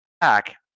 Back